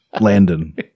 Landon